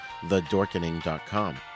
thedorkening.com